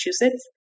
Massachusetts